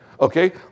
Okay